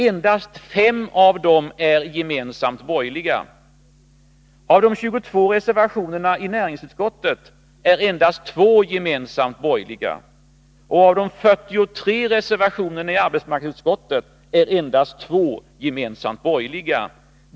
Endast 5 av dem är gemensamt borgerliga. Av de 22 reservationerna i näringsutskottets betänkande är endast 2 gemensamt borgerliga. Av de 43 reservationerna i arbetsmarknadsutskottets betänkande är endast 2 gemensamt borgerliga.